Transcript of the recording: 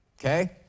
okay